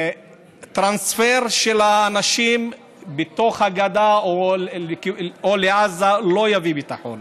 טרנספר של האנשים בתוך הגדה או לעזה לא יביא ביטחון.